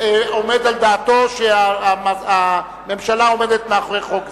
עומד על דעתו שהממשלה עומדת מאחורי חוק זה?